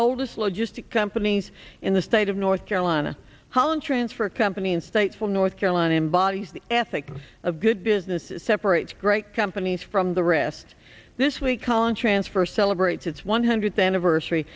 oldest logistic companies in the state of north carolina holland transfer company in statesville north carolina embodies the ethic of good business separates great companies from the rest this week on transfer celebrates its one hundredth anniversary